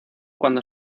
cuando